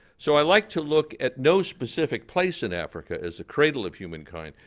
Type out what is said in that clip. so i'd like to look at no specific place in africa as the cradle of humankind,